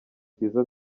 cyiza